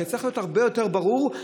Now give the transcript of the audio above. שצריך להיות הרבה יותר ברור,